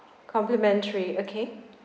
complimentary okay